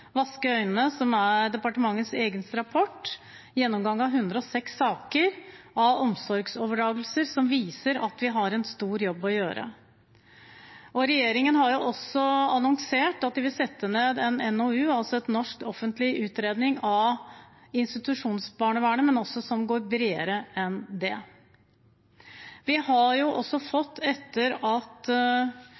er en gjennomgang av 106 saker med omsorgsoverdragelser som viser at vi har en stor jobb å gjøre. Regjeringen har annonsert at de vil sette ned en NOU, altså en norsk, offentlig utredning av institusjonsbarnevernet, men som går bredere enn det.